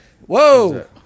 Whoa